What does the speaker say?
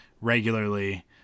regularly